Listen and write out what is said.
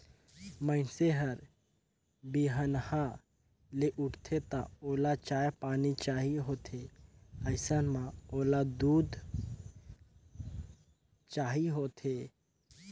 मइनसे हर बिहनहा ले उठथे त ओला चाय पानी चाही होथे अइसन म ओला दूद चाही होथे